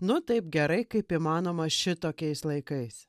nu taip gerai kaip įmanoma šitokiais laikais